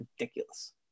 ridiculous